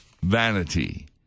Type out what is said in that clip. vanity